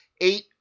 eight